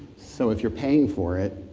so if you're paying for it,